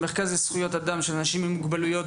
המרכז לזכויות אדם של אנשים עם מוגבלויות,